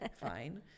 fine